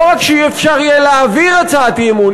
לא רק שלא יהיה אפשר להעביר הצעת אי-אמון,